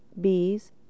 bees